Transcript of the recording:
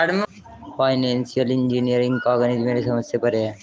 financial engineering का गणित मेरे समझ से परे है